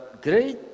Great